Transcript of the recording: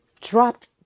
dropped